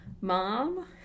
mom